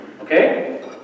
Okay